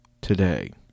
today